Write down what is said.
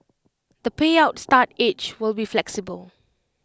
the payout start age will be flexible